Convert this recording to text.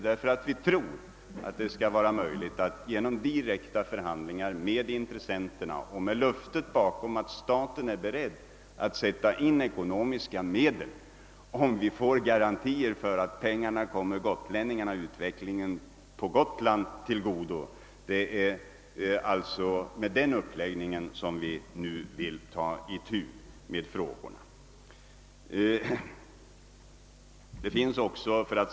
Vi tror nämligen att det kan vara möjligt genom direkta förhandlingar med intressenterna och med löftet att staten är beredd sätta in ekonomiska medel om vi får garantier för att pengarna kommer gotlänningarna och utvecklingen på Gotland till godo. Det är alltså med den uppläggningen som vi nu vill ägna oss åt dessa frågor.